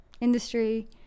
industry